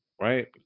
right